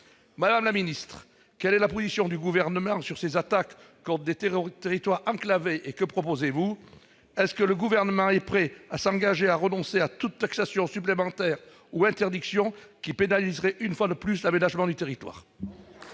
Madame la ministre, quelle est la position du Gouvernement face à ces attaques contre des territoires enclavés et que proposez-vous ? Le Gouvernement est-il prêt à s'engager à renoncer à toute taxation supplémentaire ou interdiction qui pénaliserait une fois de plus l'aménagement du territoire ?